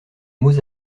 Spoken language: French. mots